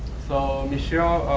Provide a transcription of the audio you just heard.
so michel,